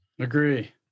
Agree